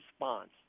response